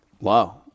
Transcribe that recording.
Wow